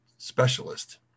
specialist